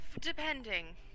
Depending